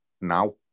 now